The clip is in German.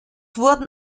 wurden